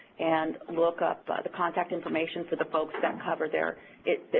and look up the contact information for the folks that cover their